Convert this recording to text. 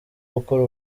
gukora